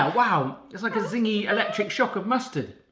ah wow. it's like a zingy electric shock of mustard.